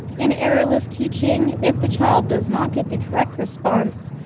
in errorless teaching, if the child does not get the correct response,